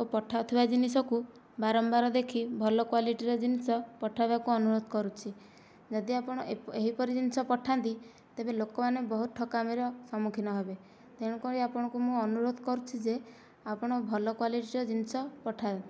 ଓ ପଠାଉଥିବା ଜିନିଷକୁ ବାରମ୍ବାର ଦେଖି ଭଲ କ୍ଵାଲିଟିର ଜିନିଷ ପଠାଇବାକୁ ଅନୁରୋଧ କରୁଛି ଯଦି ଆପଣ ଏହିପରି ଜିନିଷ ପଠାନ୍ତି ତେବେ ଲୋକମାନେ ବହୁତ ଠକାମୀର ସମ୍ମୁଖୀନ ହେବେ ତେଣୁ କରି ଆପଣଙ୍କୁ ମୁଁ ଅନୁରୋଧ କରୁଛି ଯେ ଆପଣ ଭଲ କ୍ଵାଲିଟିର ଜିନିଷ ପଠାନ୍ତୁ